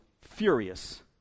furious